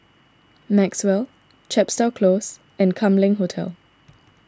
Maxwell Chepstow Close and Kam Leng Hotel